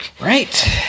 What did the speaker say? Right